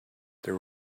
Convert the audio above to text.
there